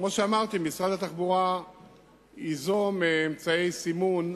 כמו שאמרתי, משרד התחבורה ייזום אמצעי סימון,